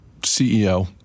CEO